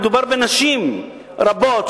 מדובר בנשים רבות,